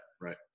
Right